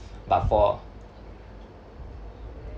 but for